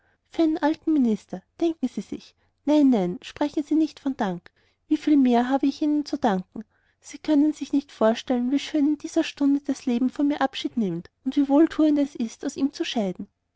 für einen alten minister denken sie sich nein nein sprechen sie nicht von dank wie viel mehr habe ich ihnen zu danken sie können sich nicht vorstellen wie schön in dieser stunde das leben von mir abschied nimmt und wie wohltuend es ist so aus ihm zu scheiden